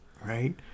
right